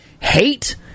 hate